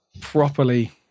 properly